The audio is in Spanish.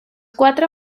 cuatro